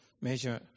measure